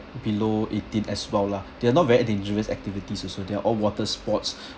below eighteen as well lah they are not very dangerous activities also there are all water sports